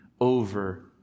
over